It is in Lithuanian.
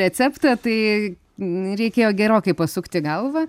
receptą tai reikėjo gerokai pasukti galvą